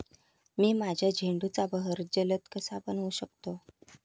मी माझ्या झेंडूचा बहर जलद कसा बनवू शकतो?